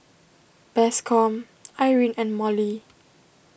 Bascom Irene and Mollie